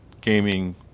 gaming